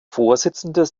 vorsitzende